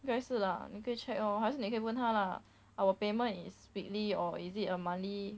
应该是 lah 你可以 check lor 还是你可以问他 lah our payment is weekly or is it a monthly